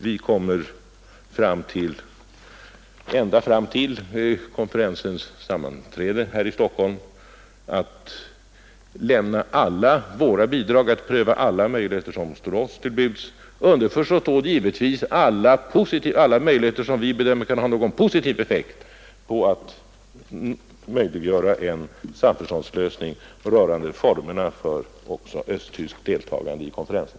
Vi kommer ända fram till konferensens sammanträde här i Stockholm att lämna alla våra bidrag och att pröva alla möjligheter som står oss till buds, underförstått då givetvis alla möjligheter som vi bedömer kan ha någon positiv effekt för att möjliggöra en samförståndslösning rörande formerna för även östtyskt deltagande i konferensen.